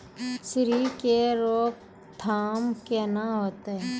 सुंडी के रोकथाम केना होतै?